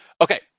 Okay